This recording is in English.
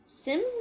Sims